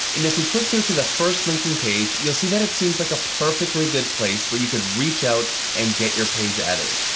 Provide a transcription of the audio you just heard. and if we click through to the first linking page, you'll see that it seems like a perfectly good place where you could reach out and get your page added.